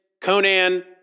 Conan